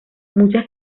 muchas